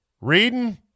reading